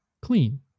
Clean